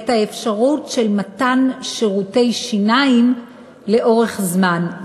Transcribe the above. את האפשרות של מתן שירותי שיניים לאורך זמן.